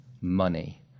money